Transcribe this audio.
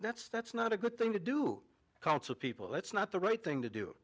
that's that's not a good thing to do council people that's not the right thing to do